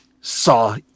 saw